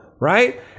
right